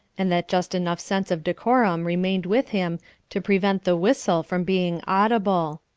and that just enough sense of decorum remained with him to prevent the whistle from being audible.